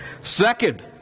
Second